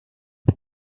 how